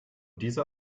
dieser